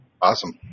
Awesome